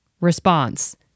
Response